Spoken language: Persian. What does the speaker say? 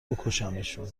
بکشمشون